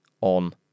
on